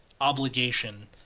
obligation